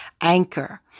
Anchor